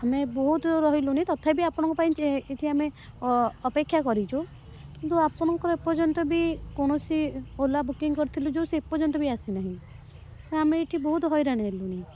ଆମେ ବହୁତ ରହିଲୁଣି ତଥାପି ଆପଣଙ୍କ ପାଇଁ ଏଠି ଆମେ ଅପେକ୍ଷା କରିଛୁ କିନ୍ତୁ ଆପଣଙ୍କର ଏପର୍ଯ୍ୟନ୍ତ ବି କୌଣସି ଓଲା ବୁକିଙ୍ଗ୍ କରିଥିଲୁ ଯେଉଁ ସେ ଏପର୍ଯ୍ୟନ୍ତ ବି ଆସିନାହିଁ ତ ଆମେ ଏଠି ବହୁତ ହଇରାଣ ହେଲୁଣି